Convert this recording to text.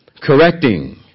Correcting